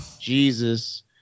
Jesus